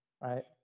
right